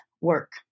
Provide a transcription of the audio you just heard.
work